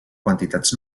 quantitats